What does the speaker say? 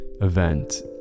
event